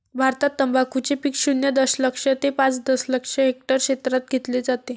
भारतात तंबाखूचे पीक शून्य दशलक्ष ते पाच दशलक्ष हेक्टर क्षेत्रात घेतले जाते